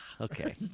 Okay